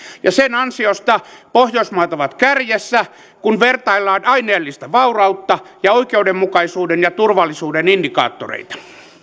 ja sen ansiosta pohjoismaat ovat kärjessä kun vertaillaan aineellista vaurautta ja oikeudenmukaisuuden ja turvallisuuden indikaattoreita